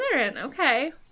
Okay